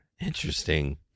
Interesting